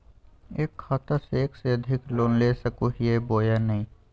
एक खाता से एक से अधिक लोन ले सको हियय बोया नय?